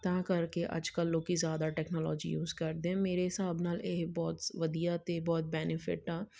ਤਾਂ ਕਰਕੇ ਅੱਜ ਕੱਲ੍ਹ ਲੋਕ ਜ਼ਿਆਦਾ ਟੈਕਨੋਲੋਜੀ ਯੂਜ ਕਰਦੇ ਆ ਮੇਰੇ ਹਿਸਾਬ ਨਾਲ ਇਹ ਬਹੁਤ ਵਧੀਆ ਅਤੇ ਬਹੁਤ ਬੈਨੀਫਿਟ ਆ